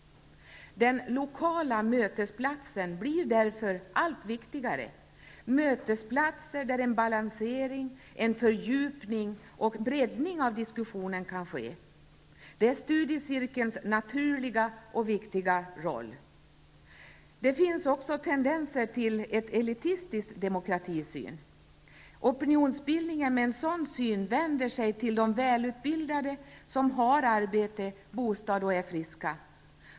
Den lokala mötesplatsen blir därför allt viktigare, mötesplatser där balansering, fördjupning och breddning av diskussionen kan ske. Det är studiecirkelns naturliga och viktiga roll. Det finns också tendenser till en elitistisk demokratisyn. Opinionsbildningen med en sådan syn vänder sig till de välutbildade som har arbete och bostad och som är friska.